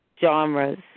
genres